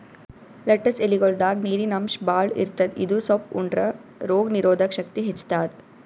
lettuce ಎಲಿಗೊಳ್ದಾಗ್ ನೀರಿನ್ ಅಂಶ್ ಭಾಳ್ ಇರ್ತದ್ ಇದು ಸೊಪ್ಪ್ ಉಂಡ್ರ ರೋಗ್ ನೀರೊದಕ್ ಶಕ್ತಿ ಹೆಚ್ತಾದ್